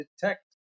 detect